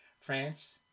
France